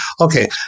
okay